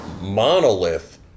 Monolith